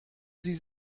sie